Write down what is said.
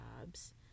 jobs